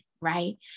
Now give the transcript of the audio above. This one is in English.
Right